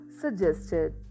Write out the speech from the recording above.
suggested